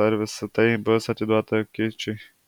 ar visa tai bus atiduota kičui